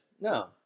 No